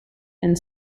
and